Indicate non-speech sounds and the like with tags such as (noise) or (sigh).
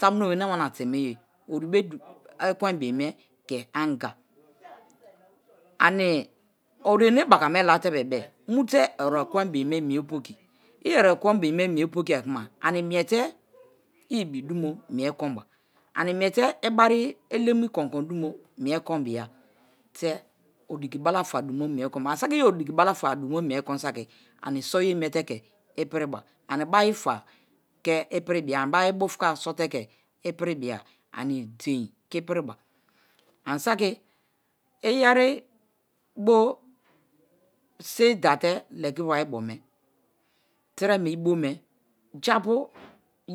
Tamu̱no̱be̱ wamina te̱me̱ye̱ oribe̱ eqwen bibi me̱ ke̱ anga (noise) ani̱ oruenebaka me̱ mie̱ late̱bebe-e̱ mute̱ oru̱ekwe̱n bi̱me̱ mie̱ po̱ki̱ i̱ oru̱kwe̱n bime̱ mie̱ poki̱ kuma ani mie te̱ i̱ ibidumo̱ mi̱e̱ ikomba animiete ibari elem ikonkon du̱mo̱ mi̱e̱ konbia. Te̱ odikibala du̱mo̱ mi̱e̱ konbo ani̱ saki̱ i̱ odikibalafa du̱mo̱ mi̱e̱ kon saki ani so̱ye̱ mie̱ te̱ ke̱ ipiriba ani̱ bari bu̱fuka so̱ te̱ ke̱ ipiribia ani di̱e̱n ke̱ ipiriba. Ani̱ saki̱ iyeri bo̱ si̱bi̱date̱ legi wari bome, tireme ibo me japu